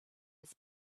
his